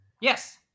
Yes